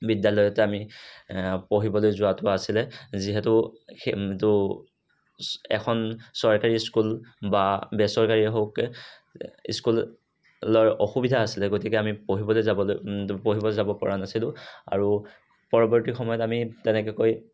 বিদ্যালয়ত আমি পঢ়িবলৈ যোৱাটো আছিলে যিহেতু সেইটো এখন চৰকাৰী স্কুল বা বেচৰকাৰীয়ে হওক স্কুলৰ অসুবিধা আছিলে গতিকে আমি পঢ়িবলৈ যাবলৈ পঢ়িবলৈ যাবপৰা নাছিলোঁ আৰু পৰৱৰ্তী সময়ত আমি তেনেকৈ